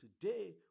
today